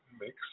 Mix